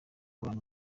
abantu